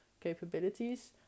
capabilities